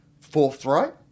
forthright